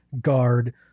guard